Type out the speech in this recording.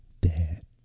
dad